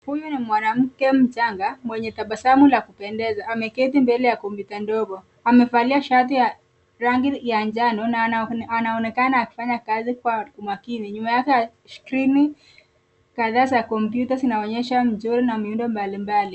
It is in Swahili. Huyu ni mwanamke mchanga mwenye tabasamu la kupendeza, ameketi mbele ya kompyuta ndogo. Amevalia shati ya rangi ya njano, na anaonekana akifanya kazi kwa makini. Nyuma yake skrini kadhaa za kompyuta zinaonyesha mchezo na miundo mbalimbali.